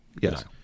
Yes